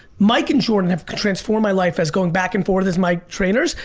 mike and jordan have transformed my life as going back and forth as my trainers,